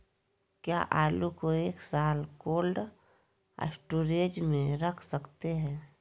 क्या आलू को एक साल कोल्ड स्टोरेज में रख सकते हैं?